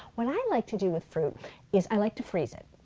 what i like to do with fruit is i like to freeze it.